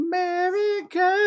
America